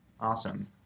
awesome